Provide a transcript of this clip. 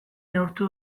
neurtu